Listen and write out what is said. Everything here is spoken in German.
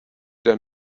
der